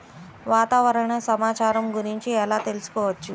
వాతావరణ సమాచారం గురించి ఎలా తెలుసుకోవచ్చు?